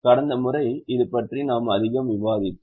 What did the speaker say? கடந்த முறை இது பற்றி நாம் அதிகம் விவாதித்தோம்